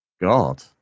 God